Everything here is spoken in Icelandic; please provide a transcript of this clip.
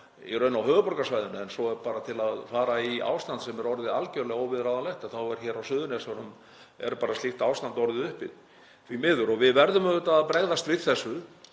bara á höfuðborgarsvæðið en til að fara í ástand sem er orðið algerlega óviðráðanlegt þá er hér á Suðurnesjunum bara slíkt ástand orðið uppi, því miður. Við verðum auðvitað að bregðast við þessu